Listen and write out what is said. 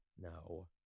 No